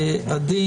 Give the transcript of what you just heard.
הדין,